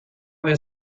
will